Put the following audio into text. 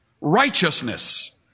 righteousness